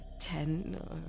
ten